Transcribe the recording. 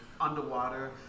underwater